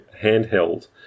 handheld